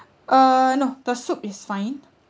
uh no the soup is fine